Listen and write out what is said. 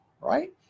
right